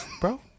Bro